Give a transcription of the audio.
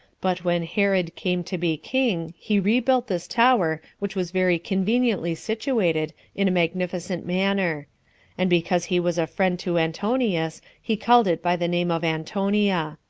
but when herod came to be king, he rebuilt this tower, which was very conveniently situated, in a magnificent manner and because he was a friend to antonius, he called it by the name of antonia.